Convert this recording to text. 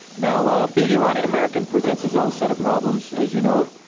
now, being iranian-american presents its own set of problems, as you know.